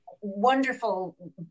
wonderful